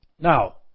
Now